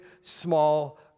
small